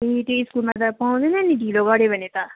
फेरि त्यो स्कुलमा त पाउँदैन नि ढिलो गऱ्यो भने त